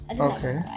Okay